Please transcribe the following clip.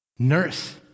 Nurse